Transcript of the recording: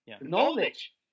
Knowledge